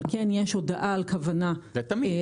אבל כן יש הודעה על כוונת חיוב.